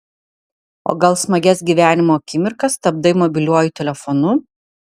o gal smagias gyvenimo akimirkas stabdai mobiliuoju telefonu